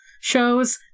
shows